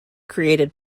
created